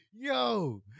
Yo